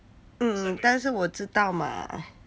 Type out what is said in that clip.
mm 但是我知道嘛